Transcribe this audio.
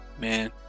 Man